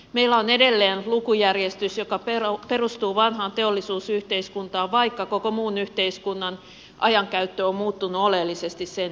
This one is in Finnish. meillä on edelleen lukujärjestys joka perustuu vanhaan teollisuusyhteiskuntaan vaikka koko muun yhteiskunnan ajankäyttö on muuttunut oleellisesti sen jälkeen